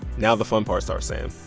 now the fun part starts, sam.